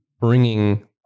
bringing